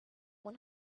one